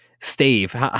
Steve